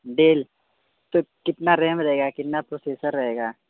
del तो कितना RAM देगा कितना प्रोसेसर रहेगा